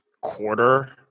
quarter